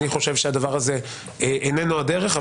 אני חושב שהדבר הזה איננו הדרך.